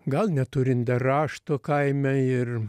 gal neturint dar rašto kaime ir